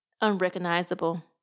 Unrecognizable